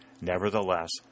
Nevertheless